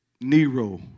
Nero